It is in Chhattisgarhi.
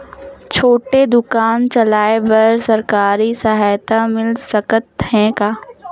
छोटे दुकान चलाय बर सरकारी सहायता मिल सकत हे का?